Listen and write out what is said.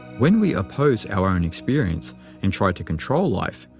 when we oppose our own experience and try to control life,